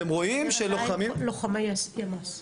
אתם רואים שלוחמים --- הם היו לוחמי ימ"ס.